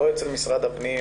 לא במשרד הפנים,